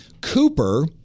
Cooper